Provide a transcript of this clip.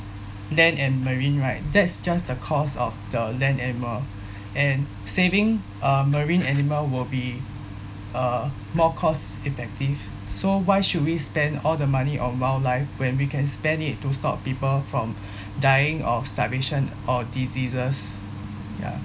land and marine right that's just the cost of the land animal and saving uh marine animal will be uh more cost-effective so why should we spend all the money of wildlife when we can spend it to stop people from dying of starvation or diseases ya